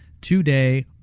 today